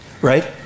right